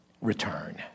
Return